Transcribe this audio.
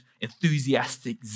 enthusiastic